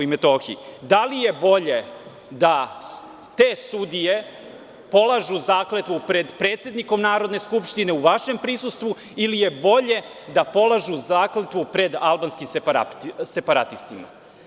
Da li je bolje da te sudije polažu zakletvu pred predsednikom Narodne skupštine u vašem prisustvu, ili je bolje da polažu zakletvu pred albanskim separatistima?